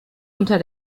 unter